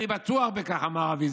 אני בטוח בכך" אמר אבי,